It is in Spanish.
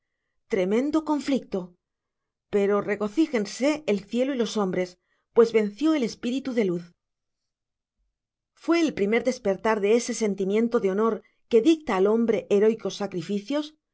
tremendo conflicto pero regocíjense el cielo y los hombres pues venció el espíritu de luz fue el primer despertar de ese sentimiento de honor que dicta al hombre heroicos sacrificios